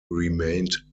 remained